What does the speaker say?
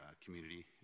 community